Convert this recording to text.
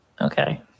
Okay